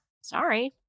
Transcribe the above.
Sorry